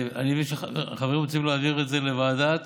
אני מבין שהחברים רוצים להעביר את זה לוועדת,